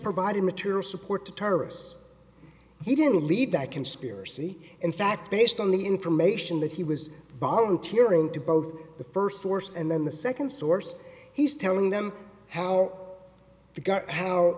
provided material support to terrorists he didn't believe that conspiracy in fact based on the information that he was borrowing tiering to both the first source and then the second source he's telling them how